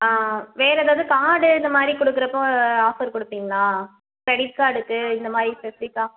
ஆ வேறு ஏதாவது கார்டு இந்தமாதிரி கொடுக்குறப் போது ஆஃபர் கொடுப்பீங்களா கிரெடிட் கார்டுக்கு இந்தமாதிரி ஸ்பெசிஃபிக்காக